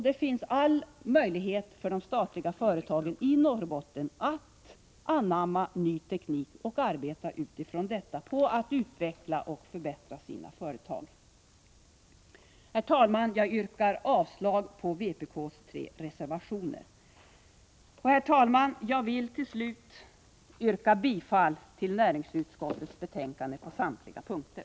De statliga företagen i Norrbotten har alla möjligheter att anamma ny teknik och att utifrån detta arbeta på att utveckla och förbättra sina företag. Herr talman! Jag yrkar avslag på vpk:s tre reservationer. Jag vill till slut yrka bifall till näringsutskottets hemställan på samtliga punkter.